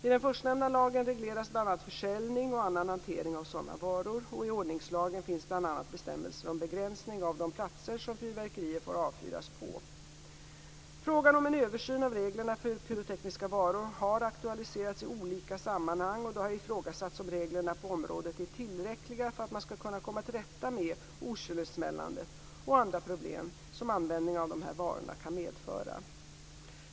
I den förstnämnda lagen regleras bl.a. försäljning och annan hantering av sådana varor. I ordningslagen finns bl.a. bestämmelser om begränsning av de platser som fyrverkerier får avfyras på. Frågan om en översyn av reglerna för pyrotekniska varor har aktualiserats i olika sammanhang, och det har ifrågasatts om reglerna på området är tillräckliga för att man skall kunna komma till rätta med okynnessmällandet och andra problem som användningen av dessa varor kan medföra.